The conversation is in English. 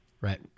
right